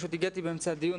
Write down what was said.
פשוט הגעתי באמצע הדיון,